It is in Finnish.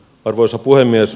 arvoisa puhemies